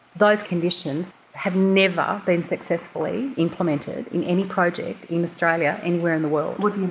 those conditions have never been successfully implemented in any project in australia, anywhere in the world. what do you